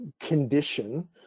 condition